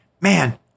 Man